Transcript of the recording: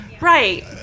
Right